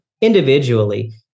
individually